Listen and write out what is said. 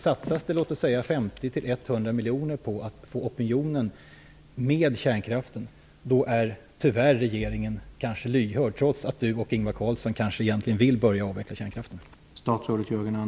Satsas det låt oss säga 50-100 miljoner på att få opinionen att ta ställning för kärnkraften, då är kanske regeringen tyvärr lyhörd för detta, trots att Jörgen Andersson och Ingvar Carlsson kanske egentligen vill börja avveckla kärnkraften.